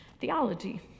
theology